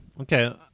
Okay